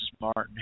Martin